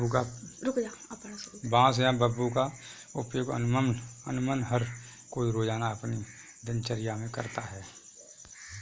बांस या बम्बू का उपयोग अमुमन हर कोई रोज़ाना अपनी दिनचर्या मे करता है